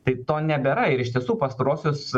tai to nebėra ir iš tiesų pastaruosius